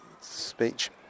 speech